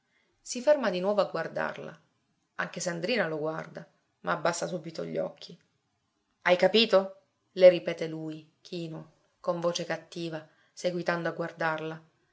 si ferma di nuovo a guardarla anche sandrina lo guarda ma abbassa subito gli occhi hai capito le ripete lui chino con voce cattiva seguitando a guardarla